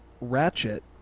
Ratchet